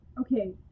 Okay